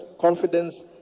confidence